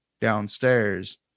downstairs